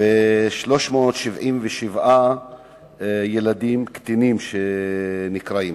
ו-377 ילדים, קטינים שנכלאים.